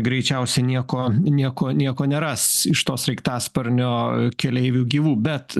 greičiausiai nieko nieko nieko neras iš to sraigtasparnio keleivių gyvų bet